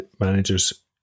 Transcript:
managers